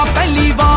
believe